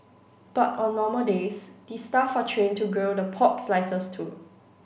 but on normal days the staff are trained to grill the pork slices too